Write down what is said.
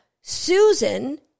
Susan